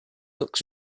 looks